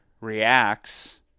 reacts